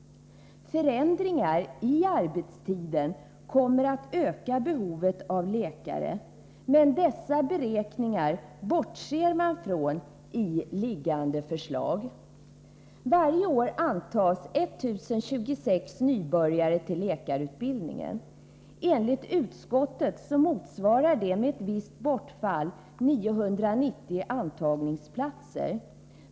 Förändringar i arbetstiden kommer att öka behovet av läkare, men dessa beräkningar bortser man från i det föreliggande förslaget. Varje år antas 1 026 nybörjare till läkarutbildningen. Enligt utskottet motsvarar det med ett visst bortfall 990 intagningsplatser.